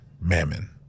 mammon